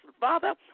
father